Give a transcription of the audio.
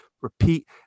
repeat